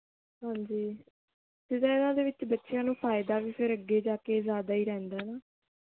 ਹਾਂਜੀ ਜਿਹੜੇ ਇਹਨਾਂ ਦੇ ਵਿੱਚ ਬੱਚਿਆਂ ਨੂੰ ਫਾਇਦਾ ਵੀ ਫਿਰ ਅੱਗੇ ਜਾ ਕੇ ਜ਼ਿਆਦਾ ਹੀ ਰਹਿੰਦਾ ਨਾ